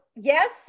yes